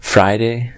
Friday